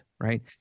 Right